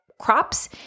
crops